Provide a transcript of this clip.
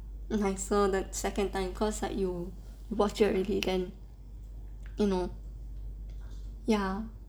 nicer the second time cause like you watch it already then you know ya